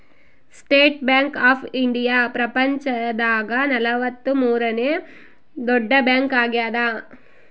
state Bank of India ಪ್ರಪಂಚ ದಾಗ ನಲವತ್ತ ಮೂರನೆ ದೊಡ್ಡ ಬ್ಯಾಂಕ್ ಆಗ್ಯಾದ